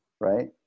right